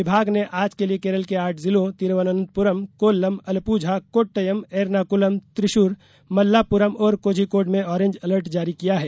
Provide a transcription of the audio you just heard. विभाग ने आज के लिए केरल के आठ जिलों तिरुअनंतपुरम कोल्लम अलपुझा कोट्टयम एर्नाकुलम त्रिशूर मल्लाप्पुरम और कोझिकोड में ऑरेंज अलर्ट जारी किया है